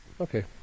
Okay